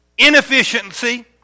Inefficiency